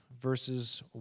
verses